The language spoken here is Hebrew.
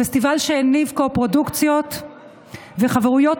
פסטיבל שהניב קופרודוקציות וחברויות